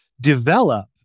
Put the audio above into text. develop